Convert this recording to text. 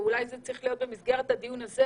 אולי צריך להיות במסגרת הדיון הזה